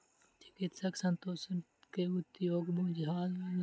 चिकित्सक संतोला के उपयोगक सुझाव दैत अछि